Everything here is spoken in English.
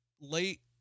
late